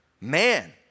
Man